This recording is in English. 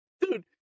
Dude